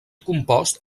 compost